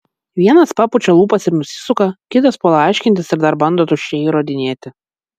vienas papučia lūpas ir nusisuka kitas puola aiškintis ir dar bando tuščiai įrodinėti